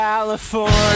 California